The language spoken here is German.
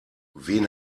wen